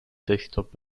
desktop